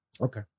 Okay